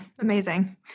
Amazing